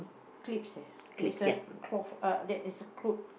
clips eh is a cloth uh that is a clothes